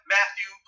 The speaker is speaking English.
Matthew